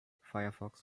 firefox